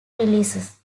releases